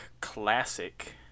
Classic